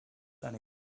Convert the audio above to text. eine